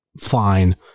fine